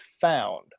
found